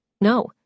No